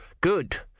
good